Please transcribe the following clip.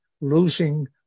losing